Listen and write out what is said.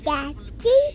Daddy